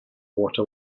water